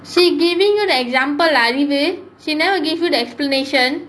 see giving you the example lah anyway she never give you the explanation